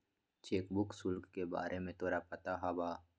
Cheque book शुल्क के बारे में तोरा पता हवा?